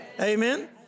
Amen